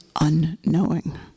unknowing